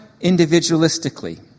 individualistically